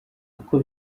uko